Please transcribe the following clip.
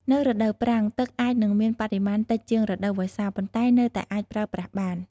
នៅរដូវប្រាំង ទឹកអាចនឹងមានបរិមាណតិចជាងរដូវវស្សា ប៉ុន្តែនៅតែអាចប្រើប្រាស់បាន។